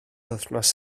wythnos